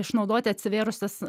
išnaudoti atsivėrusias